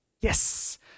yes